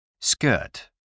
Skirt